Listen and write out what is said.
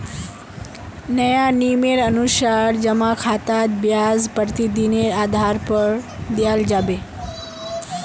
नया नियमेर अनुसार जमा खातात ब्याज प्रतिदिनेर आधार पर दियाल जाबे